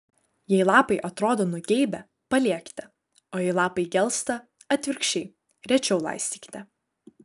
jei lapai atrodo nugeibę paliekite o jei lapai gelsta atvirkščiai rečiau laistykite